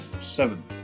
seven